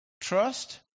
trust